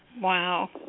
Wow